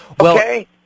Okay